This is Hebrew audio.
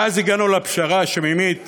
ואז הגענו לפשרה השמימית